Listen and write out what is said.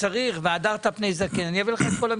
מה